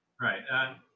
Right